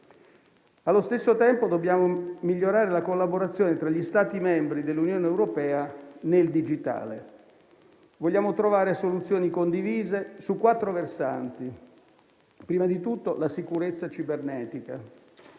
Allo stesso tempo, dobbiamo migliorare la collaborazione tra gli Stati membri dell'Unione europea nel digitale. Vogliamo trovare soluzioni condivise su quattro versanti: la sicurezza cibernetica,